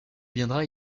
viendra